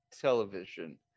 television